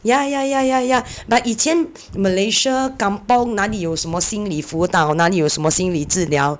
ya ya ya ya ya but 以前 Malaysia kampung 哪里有什么心理辅导哪里有什么心理治疗